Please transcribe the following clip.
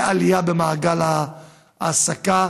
בעלייה במעגל ההעסקה,